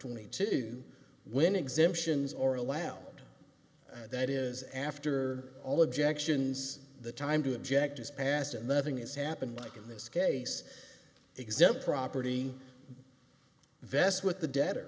twenty two when exemptions or allow that is after all objections the time to object is passed and nothing is happening like in this case exempt property vests with the debtor